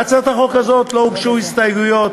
להצעת החוק הזאת לא הוגשו הסתייגויות,